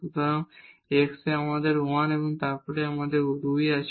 সুতরাং এখানে x এ আমাদের 1 এবং তারপর আমাদের 2 আছে